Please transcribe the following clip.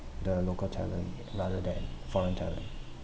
the local talent rather than foreign talent